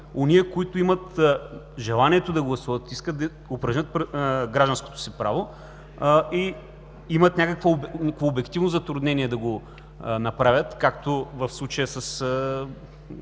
които имат желанието да гласуват, искат да упражнят гражданското си право и имат някакво обективно затруднение да го направят, като в случая с